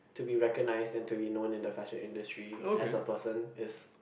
to be recognized and to be known in the fashion industry as a person is